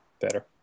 better